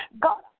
God